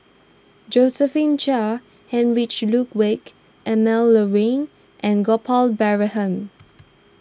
Josephine Chia Heinrich Ludwig Emil Luering and Gopal Baratham